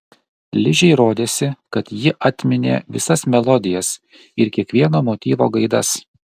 ližei rodėsi kad ji atminė visas melodijas ir kiekvieno motyvo gaidas